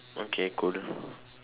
okay cool